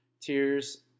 Tears